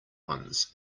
ones